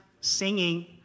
singing